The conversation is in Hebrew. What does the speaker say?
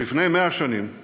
לפני 100 שנים